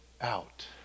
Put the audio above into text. out